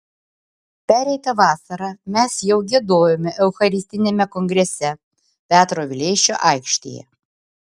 pereitą vasarą mes jau giedojome eucharistiniame kongrese petro vileišio aikštėje